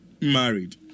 married